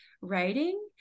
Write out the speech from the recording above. writing